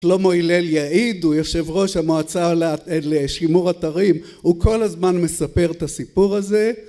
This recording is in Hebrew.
קלומו הלל יעיד הוא יושב ראש המועצה לשימור אתרים הוא כל הזמן מספר את הסיפור הזה